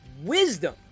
wisdom